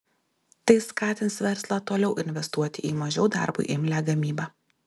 tai skatins verslą toliau investuoti į mažiau darbui imlią gamybą